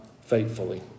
faithfully